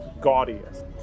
gaudiest